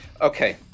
Okay